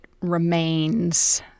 remains